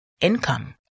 income